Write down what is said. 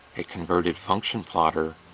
a converted function plotter,